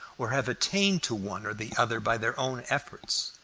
or have attained to one or the other by their own efforts.